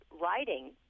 writing